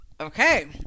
Okay